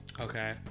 okay